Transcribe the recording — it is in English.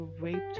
raped